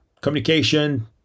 communication